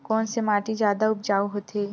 कोन से माटी जादा उपजाऊ होथे?